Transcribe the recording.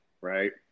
right